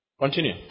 Continue